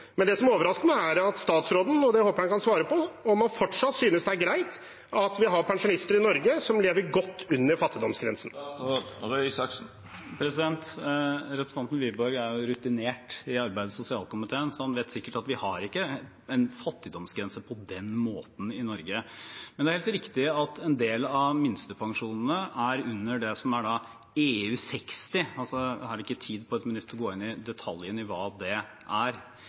Det som overrasker meg, er om statsråden, og det håper jeg han kan svare på, fortsatt synes det er greit at vi har pensjonister i Norge som lever godt under fattigdomsgrensen. Representanten Wiborg er rutinert i arbeids- og sosialkomiteen, så han vet sikkert at vi ikke har en fattigdomsgrense på den måten i Norge. Men det er helt riktig at en del av minstepensjonene er under det som er EU60. Jeg har ikke tid på ett minutt til å gå inn på detaljene i hva det er.